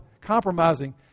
compromising